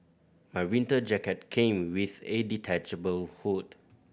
my winter jacket came with a detachable hood